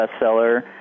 bestseller